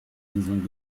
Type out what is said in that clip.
inseln